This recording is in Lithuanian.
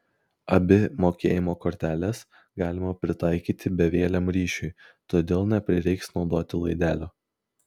abi mokėjimo korteles galima pritaikyti bevieliam ryšiui todėl neprireiks naudoti laidelio